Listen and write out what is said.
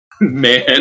Man